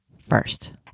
first